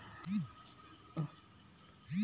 Sir ನಿಮ್ಮ ಹಣಕ್ಕೆ ಬಡ್ಡಿದರ ಎಷ್ಟು?